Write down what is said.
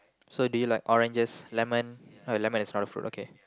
so do you like oranges lemon no lemon is not a fruit okay